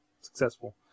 successful